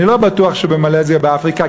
אני לא בטוח שבמלזיה באפריקה,